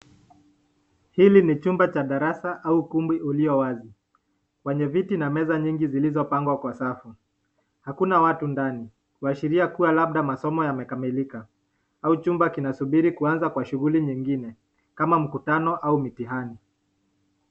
Hili ni chumba cha darasa au ukumbi ulio wazi, kwenye viti na meza nyingi iliizopangwa kwa safu. Hakuna watu ndani kuashiria kua labda masomo yame kamilikika au chumba kinasubiri kuanza kwa shuguli nyingine kama mkutano au mtihani.